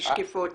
אי-שקיפות,